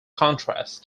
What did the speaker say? contract